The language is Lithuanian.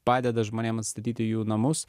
padeda žmonėms statyti jų namus